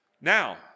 Now